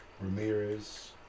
Ramirez